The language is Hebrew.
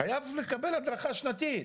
חייבים לקבל הדרכה שנתית.